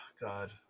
God